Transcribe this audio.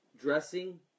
dressing